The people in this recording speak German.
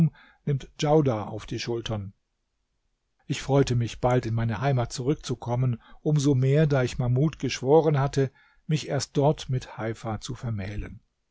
nimmt djaudar auf die schultern ich freute mich bald in meine heimat zurückzukommen um so mehr da ich mahmud geschworen hatte mich erst dort mit heifa zu vermählen